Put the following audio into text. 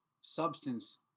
substance